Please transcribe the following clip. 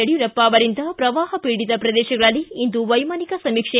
ಯಡಿಯೂರಪ್ಪ ಅವರಿಂದ ಪ್ರವಾಹ ಪೀಡಿತ ಪ್ರದೇಶಗಳಲ್ಲಿ ಇಂದು ವೈಮಾನಿಕ ಸಮೀಕ್ಷೆ